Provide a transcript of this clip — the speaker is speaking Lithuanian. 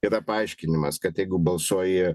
yra paaiškinimas kad jeigu balsuoji